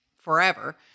forever